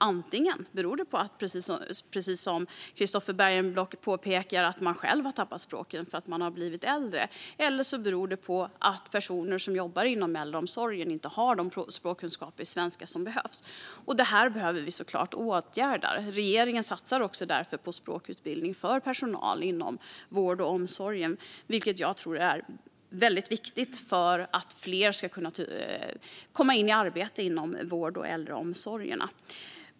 Antingen beror det på, precis som Christofer Bergenblock påpekar, att man själv har tappat språket för att man har blivit äldre, eller så beror det på att personer som jobbar inom äldreomsorgen inte har de kunskaper i svenska som behövs. Det här behöver vi såklart åtgärda. Regeringen satsar därför också på språkutbildning för personal inom vården och omsorgen, vilket jag tror är väldigt viktigt för att fler ska kunna komma i arbete inom vården och äldreomsorgen.